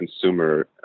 consumer